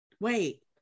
wait